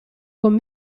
con